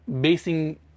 basing